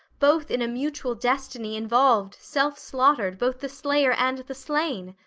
both in a mutual destiny involved, self-slaughtered, both the slayer and the slain.